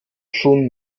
schon